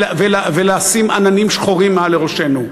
ולשים עננים שחורים מעל לראשינו.